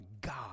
God